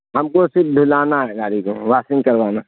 ہم کو صرف دھلانا ہے گاڑی کو واشنگ کروانا